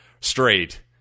straight